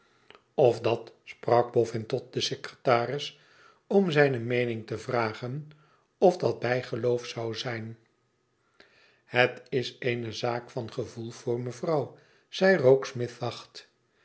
of dat sprak bofn tot den secretaris om zijne meening te vragen of dat bijgeloof zou zijn het is eene zaak van gevoel voor mevrouw zei rokesmith zacht